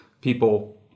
People